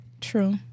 True